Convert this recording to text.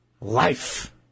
life